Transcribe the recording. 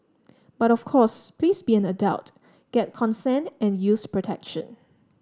but of course please be an adult get consent and use protection